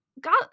got